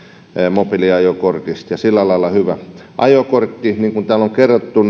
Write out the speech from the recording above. mobiiliajokortista ja sillä lailla hyvä ajokortti niin kuin täällä on kerrottu